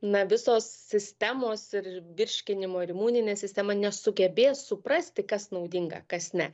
na visos sistemos ir virškinimo ir imuninė sistema nesugebės suprasti kas naudinga kas ne